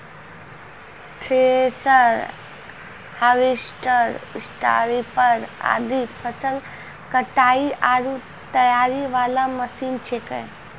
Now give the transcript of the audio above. thresher, harvester, स्टारीपर आदि फसल कटाई आरो तैयारी वाला मशीन छेकै